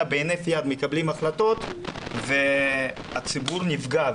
בהינף יד מקבלים החלטות והציבור נפגע.